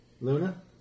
Luna